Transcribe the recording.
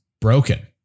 broken